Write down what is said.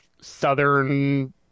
southern